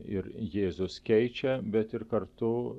ir jėzus keičia bet ir kartu